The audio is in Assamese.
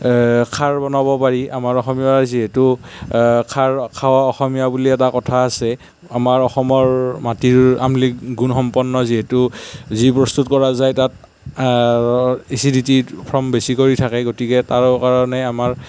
খাৰ বনাব পাৰি আমাৰ অসমীয়াৰ যিহেতু খাৰ খোৱা অসমীয়া বুলি এটা কথা আছে আমাৰ অসমৰ মাটিৰ আম্লিক গুণসম্পন্ন যিহেতু যি প্ৰস্তুত কৰা যায় তাত এচিডিটি ফৰ্ম বেছিকৈ থাকে গতিকে তাৰ কাৰণে আমাৰ